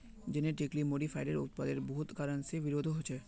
genetically modified उत्पादेर बहुत कारण से विरोधो होछे